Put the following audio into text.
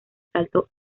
salto